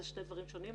אלה שני דברים שונים.